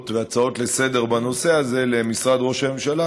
והצעות לסדר-היום בנושא הזה למשרד ראש הממשלה,